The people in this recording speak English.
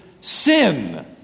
sin